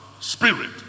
spirit